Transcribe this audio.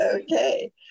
Okay